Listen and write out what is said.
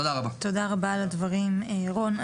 תודה רבה על הדברים רון.